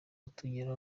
atugeraho